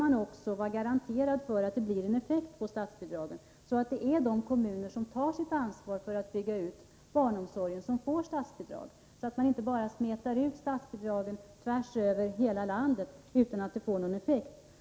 När statsbidragen betalas ut bör det finnas en garanti för att det är de kommuner som tar sitt ansvar för att bygga ut barnomsorgen som får statsbidrag, så att man inte bara smetar ut statsbidragen över hela landet utan att det får någon effekt.